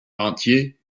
entier